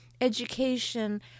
education